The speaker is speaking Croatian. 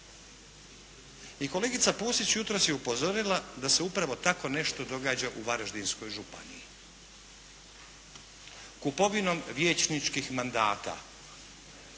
I kolegica Pusić jutros je upozorila da se upravo tako nešto događa u Varaždinskoj županiji, kupovinom vijećničkih mandata